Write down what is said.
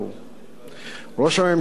ראש הממשלה בנימין נתניהו,